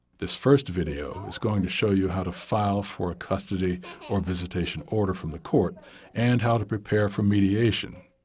this first video is going to show you how to file for a custody or visitation order from the court and how to prepare for mediation.